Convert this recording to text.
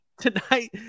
tonight